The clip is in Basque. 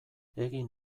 egin